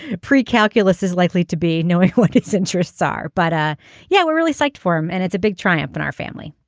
pre calculus is likely to be knowing what its interests are. but yeah we're really psyched for him and it's a big triumph in our family